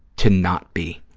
to not be